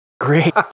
Great